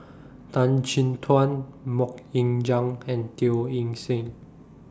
Tan Chin Tuan Mok Ying Jang and Teo Eng Seng